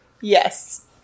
Yes